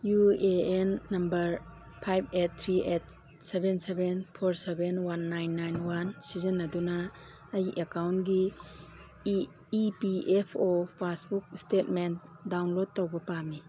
U A N number five eight three eight seven seven four seven one nine nine one ꯁꯤꯖꯤꯟꯅꯗꯨꯅ ꯑꯩ ꯑꯦꯛꯀꯥꯎꯟꯒꯤ E E P F O passbook statement download ꯇꯧꯕ ꯄꯥꯝꯃꯤ